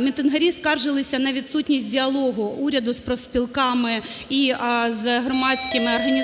Мітингарі скаржились на відсутність діалогу уряду з профспілками і з громадськими організаціями.